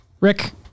rick